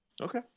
Okay